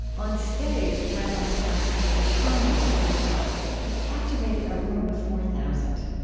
on stage, rabbi sacks was a charming storyteller who captivated a room of four thousand.